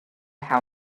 how